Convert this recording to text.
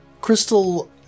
Crystal